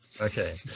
okay